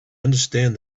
understand